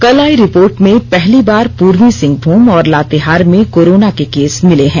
कल आई रिपोर्ट में पहली बार पूर्वी सिंहभूम और लातेहार में कोरोना के केस मिले हैं